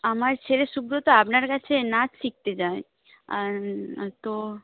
আমার ছেলে সুব্রত আপনার কাছে নাচ শিখতে যায় তো